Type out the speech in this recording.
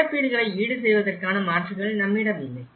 இழப்பீடுகளை ஈடுசெய்வதற்கான மாற்றுகள் நம்மிடம் இல்லை